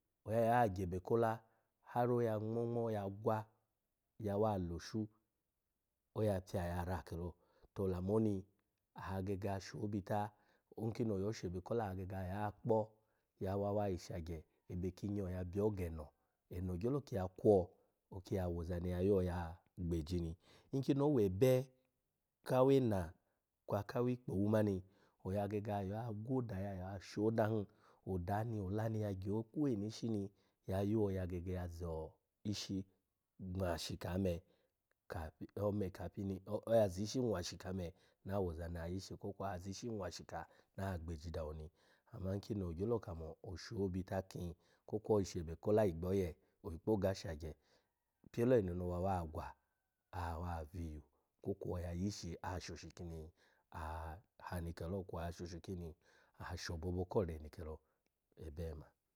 Oya yo agyebe kola har oya ngmo-ngmo ya gwa, oyaula loshu, oya pya ya ra kelo, to olamoni agege asho bita, nkini oyo shebe kola, aya kpo ki yawa wa yi shagye, ebe ki nya, oya byo geno, eno gyolo kiya kwo oki ya woza ni ya yo gbeji ni. Nkini owebe kawe ena kwa aka awikpowu mani, oya gege ya gwo oda ya yo asho dahin, oda ni ola ni ya gyo kweni ishi ni ya yo ya gege zo-ishi nwashika kafi ome kafi oya o-o ishi nwashika me na woza ni ya yishi kwo kwa nwashika na gbesi dawo ni, ama nkini ogyolo kamo osho bita kin kwo kwa oshebe kola igbo oye okpo ga shagye gyelo eno no wa gwa, awa viyu kwo kwa oya yishi ashoshi kini aha ni kelo kwa ashoshi kini asho obobo ko re ni kelo yabe ma